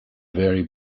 vary